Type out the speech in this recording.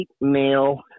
male